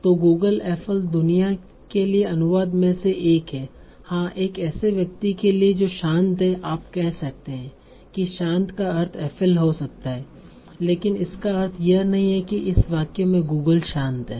तो Google FL दुनिया के लिए अनुवाद में से एक है हां एक ऐसे व्यक्ति के लिए जो शांत है आप कह सकते हैं कि शांत का अर्थ FL हो सकता है लेकिन इसका अर्थ यह नहीं है कि इस वाक्य में गूगल शांत है